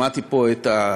שמעתי את החברים,